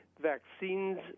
vaccines